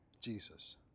Jesus